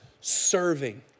serving